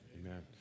Amen